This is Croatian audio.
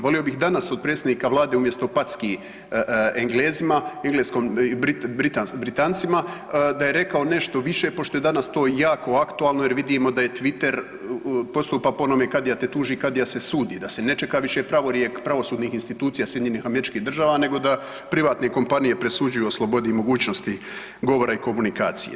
Volio bih danas od predsjednika Vlade umjesto packi Englezima, Britancima da je rekao nešto više pošto je danas to jako aktualno jer vidimo Twitter postupa po onome Kadija te tuži, Kadija se sudi da se ne čeka više pravorijek pravosudnih institucija SAD-a nego da privatne kompanije presuđuju o slobodi i mogućnosti govora i komunikacije.